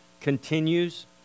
continues